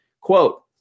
Quote